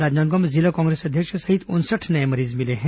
राजनांदगांव में जिला कांग्रेस अध्यक्ष सहित उनसठ नये मरीज मिले हैं